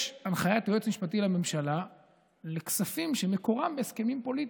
יש הנחיית יועץ משפטי לממשלה לכספים שמקורם בהסכמים פוליטיים,